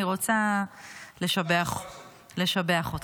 אני רוצה לשבח אותך.